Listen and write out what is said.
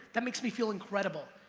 that makes me feel incredible.